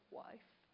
wife